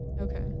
Okay